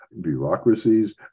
bureaucracies